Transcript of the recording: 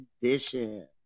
condition